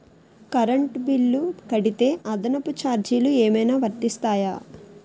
Current bill కడితే అదనపు ఛార్జీలు ఏమైనా వర్తిస్తాయా?